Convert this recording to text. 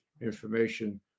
Information